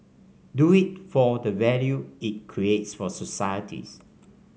do it for the value it creates for societies